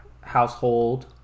household